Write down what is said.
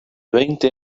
veinte